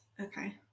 Okay